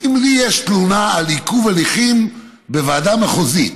אם לי יש תלונה על עיכוב הליכים בוועדה מחוזית,